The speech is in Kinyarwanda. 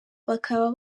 bakaba